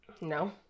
no